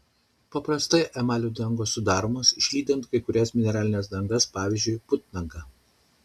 paprastųjų emalių dangos sudaromos išlydant kai kurias mineralines dangas pavyzdžiui putnagą